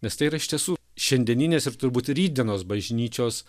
nes tai yra iš tiesų šiandieninės ir turbūt rytdienos bažnyčios